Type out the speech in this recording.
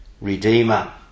Redeemer